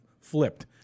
Flipped